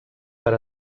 per